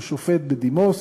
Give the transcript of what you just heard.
שהוא שופט בדימוס,